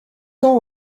tant